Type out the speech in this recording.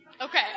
Okay